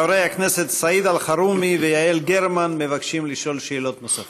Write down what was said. חברי הכנסת סעיד אלחרומי ויעל כהן גרמן מבקשים לשאול שאלות נוספות.